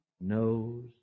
knows